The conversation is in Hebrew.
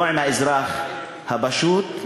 לא עם האזרח הפשוט,